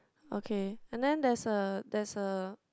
okay and then there's a there's a